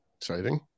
Exciting